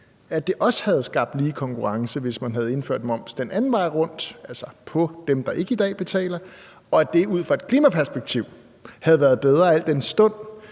at det også havde skabt lige konkurrence, hvis man havde indført moms den anden vej rundt, altså på dem, der ikke betaler i dag, og at det ud fra et klimaperspektiv havde været bedre, al den stund